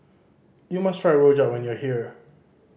you must try rojak when you are here